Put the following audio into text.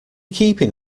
keeping